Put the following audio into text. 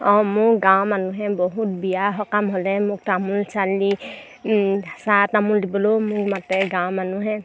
অঁ মোৰ গাঁৱৰ মানুহে বহুত বিয়া সকাম হ'লে মোক তামোল চালি চাহ তামোল দিবলৈও মোক মাতে গাঁৱৰ মানুহে